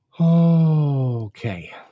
okay